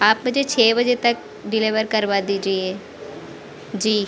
आप मुझे छह बजे तक डिलेवर करवा दीजिए जी